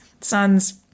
son's